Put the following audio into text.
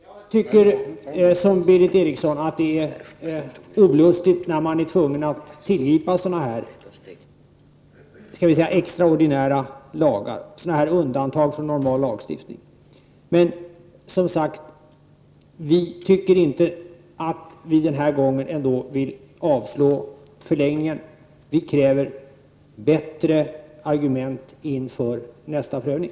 Jag tycker som Berith Eriksson att det är olustigt att tvingas tillgripa extraordinära lagar, undantag från normal lagstiftning, men vi tycker som sagt inte att vi den här gången ändå vill avslå förslaget om förlängning. Vi kräver bättre argument inför nästa prövning.